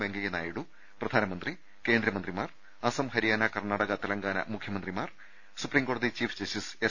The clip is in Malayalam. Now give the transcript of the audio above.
വെങ്കയ്യ നായിഡു പ്രധാനമന്ത്രി കേന്ദ്രമന്ത്രിമാർ അസം ഹരിയാ ന കർണാടക തെലങ്കാന മുഖ്യമന്ത്രിമാർ സുപ്രീം കോടതി ചീഫ് ജസ്റ്റിസ് എസ്